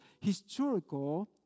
historical